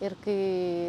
ir kai